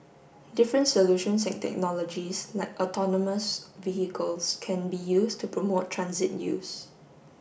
different solutions and technologies like autonomous vehicles can be used to promote transit use